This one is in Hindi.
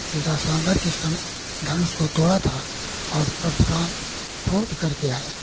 सीता स्वयंवर के समय धनुष को तोड़ा था और परसुराम क्रोध करके आए